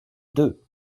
deux